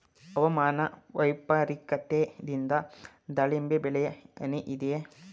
ಹವಾಮಾನ ವೈಪರಿತ್ಯದಿಂದ ದಾಳಿಂಬೆ ಬೆಳೆಗೆ ಹಾನಿ ಇದೆಯೇ?